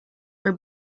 are